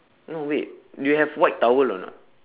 no wait you have white towel or not